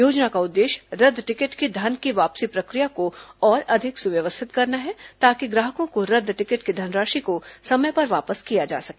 योजना का उद्देश्य रद्द टिकट के धन वापसी प्रशिक्र या को और अधिक सुव्यवस्थित करना है ताकि ग्राहकों को रद्द टिकट की धनराशि को समय पर वापस किया जा सके